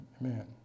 amen